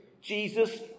Jesus